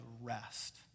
rest